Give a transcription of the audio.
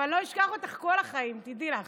ואני לא אשכח אותך כל החיים, תדעי לך.